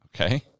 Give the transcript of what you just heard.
Okay